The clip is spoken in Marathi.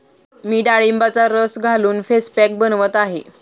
मी डाळिंबाचा रस घालून फेस पॅक बनवत आहे